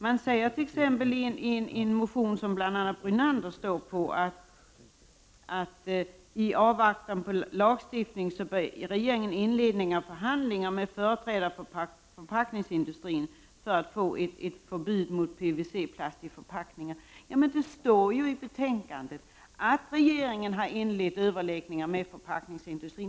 Man säger t.ex. i en motion som bl.a. Lennart Brunander har undertecknat att regeringen i avvaktan på lagstiftning bör inleda förhandlingar med företrädare för förpackningsindustrin för att få ett förbud mot PVC-plast i förpackningar. Det står ju i betänkandet att regeringen har inlett förhandlingar med förpackningsindustrin.